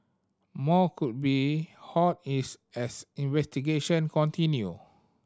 more could be hauled is as investigation continue